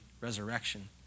resurrection